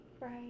Right